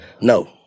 No